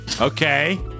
Okay